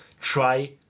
try